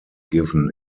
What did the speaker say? given